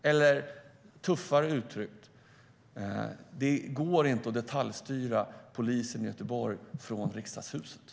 Eller tuffare uttryckt: Det går inte att detaljstyra polisen i Göteborg från riksdagshuset.